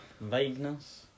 Vagueness